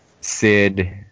Sid